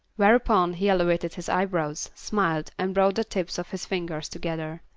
whereupon he elevated his eyebrows, smiled, and brought the tips of his fingers together.